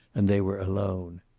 and they were alone.